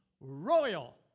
royal